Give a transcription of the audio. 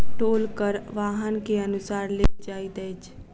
टोल कर वाहन के अनुसार लेल जाइत अछि